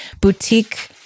boutique